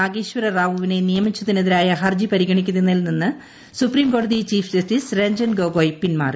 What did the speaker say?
നാഗേശ്വര റാവുവിനെ നിയമിച്ചതിനെതിരായ ഹർജി പരിഗണിക്കുന്നതിൽ നിന്ന് സുപ്രീം കോടതി ചീഫ് ജസ്റ്റിസ് രഞ്ജൻ ഗൊഗോയ് പിൻമാറി